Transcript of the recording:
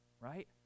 right